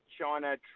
China